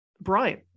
Brian